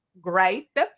Great